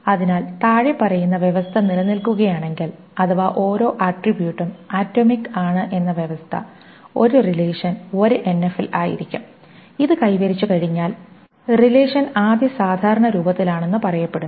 അതിനാൽ താഴെ പറയുന്ന വ്യവസ്ഥ നിലനിൽക്കുകയാണെങ്കിൽഅഥവാ ഓരോ ആട്രിബ്യൂട്ടും ആറ്റോമിക് ആണ് എന്ന വ്യവസ്ഥ ഒരു റിലേഷൻ 1NF ൽ ആയിരിക്കും ഇത് കൈവരിച്ചുകഴിഞ്ഞാൽ റിലേഷൻ ആദ്യ സാധാരണ രൂപത്തിലാണെന്ന് പറയപ്പെടുന്നു